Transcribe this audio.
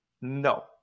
No